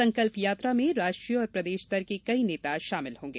संकल्प यात्रा में राष्ट्रीय और प्रदेश स्तर के कई नेता शामिल होंगे